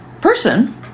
person